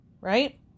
Right